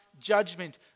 judgment